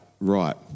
right